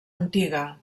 antiga